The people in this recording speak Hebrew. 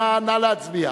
להצביע.